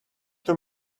too